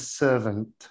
servant